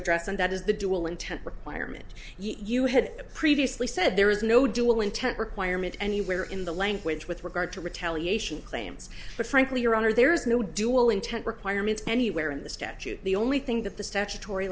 address and that is the dual intent requirement you had previously said there is no dual intent requirement anywhere in the language with regard to retaliation claims but frankly your honor there is no dual intent requirement anywhere in the statute the only thing that the statutory